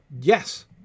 Yes